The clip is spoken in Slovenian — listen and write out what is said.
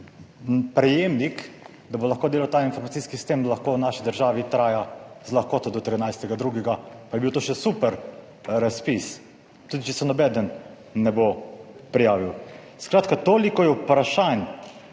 prejemnik, da bo lahko delal ta informacijski sistem, v naši državi z lahkoto traja do 13. 2., pa bi bil to še super razpis, tudi če se nobeden ne bo prijavil. Skratka, toliko je vprašanj,